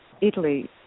Italy